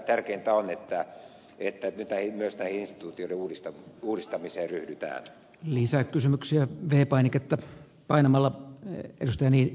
tärkeintä on että nyt myös näihin instituutioiden uudistamisiin ryhdytään lisää kysymyksiä vie painiketta painamalla ne käsistäni